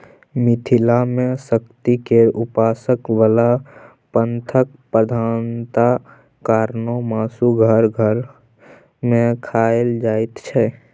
मिथिला मे शक्ति केर उपासक बला पंथक प्रधानता कारणेँ मासु घर घर मे खाएल जाइत छै